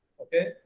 Okay